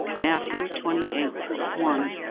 matthew twenty eight one